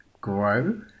grow